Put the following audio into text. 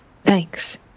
Thanks